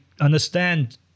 understand